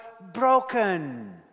broken